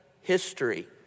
history